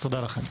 תודה לכם.